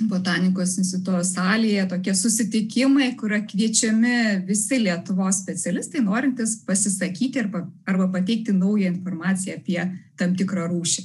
botanikos instituto salėje tokie susitikimai kur kviečiami visi lietuvos specialistai norintys pasisakyti arba arba pateikti naują informaciją apie tam tikrą rūšį